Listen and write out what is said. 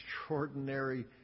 extraordinary